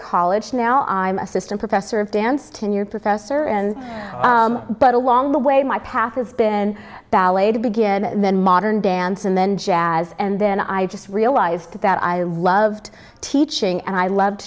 college now i'm assistant professor of dance tenured professor and but along the way my path has been ballet to begin and then modern dance and then jazz and then i just realized that i loved teaching and i loved